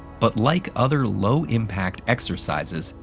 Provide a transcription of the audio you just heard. but like other low-impact exercises,